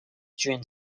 during